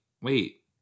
Wait